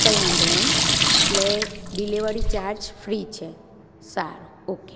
કંઈ વાંધો નહીં એટલે ડિલિવરી ચાર્જ ફ્રી છે સારું ઓકે